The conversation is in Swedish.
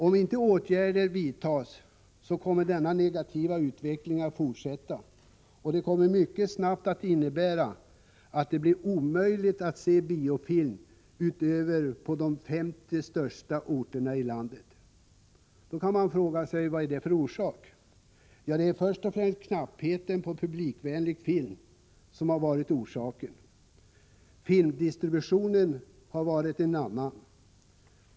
Om inte åtgärder vidtas kommer den negativa utvecklingen att fortsätta, och det kommer mycket snabbt att innebära att det blir omöjligt att se biofilm utöver på de 50 största orterna i landet. Man kan fråga sig vad som är orsaken. Det är först och främst knappheten på publikvänlig film. Filmdistributionen har varit en annan orsak.